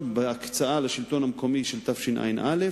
בהקצאה לשלטון המקומי לשנת תשע"א,